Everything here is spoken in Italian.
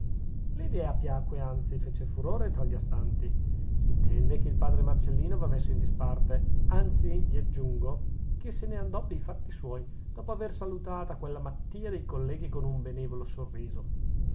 l'idea piacque anzi fece furore tra gli astanti s'intende che il padre marcellino va messo in disparte anzi vi aggiungo che se ne andò pei fatti suoi dopo aver salutata quella mattìa dei colleghi con un benevolo sorriso